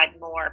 more